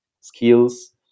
skills